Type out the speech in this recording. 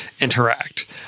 interact